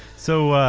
so